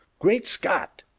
great scott!